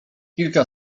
kilka